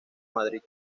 madrid